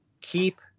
keep